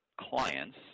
clients